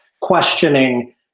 questioning